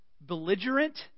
belligerent